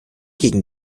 gegen